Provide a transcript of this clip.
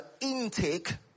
intake